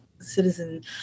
Citizen